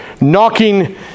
knocking